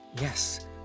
yes